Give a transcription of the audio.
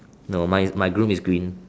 no mine mine groom is green